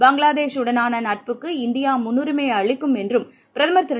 பங்களாதேஷு டனான நட்புக்கு இந்தியாமுன்னுரிமை அளிக்கும் என்றும் பிரதமர் திரு